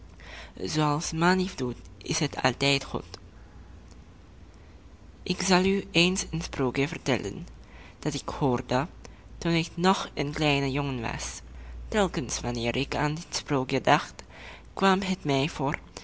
zooals manlief doet is het altijd goed ik zal u eens een sprookje vertellen dat ik hoorde toen ik nog een kleine jongen was telkens wanneer ik aan dit sprookje dacht kwam het mij voor